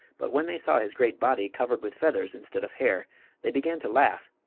but when they saw his great body covered with feathers instead of hair they began to laugh,